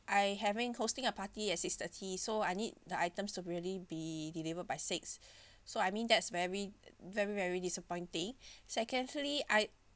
I having hosting a party at six thirty so I need the items to really be delivered by six so I mean that's very very very disappointing secondly I